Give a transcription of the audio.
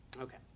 Okay